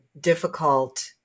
difficult